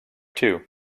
too